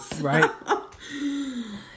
Right